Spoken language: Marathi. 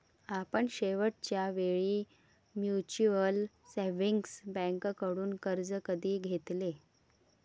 आपण शेवटच्या वेळी म्युच्युअल सेव्हिंग्ज बँकेकडून कर्ज कधी घेतले?